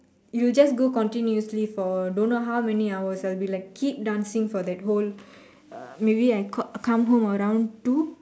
it will just go continuously for don't know how many hours I'll be like keep dancing for the whole uh maybe I come come home around two